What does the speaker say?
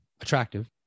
attractive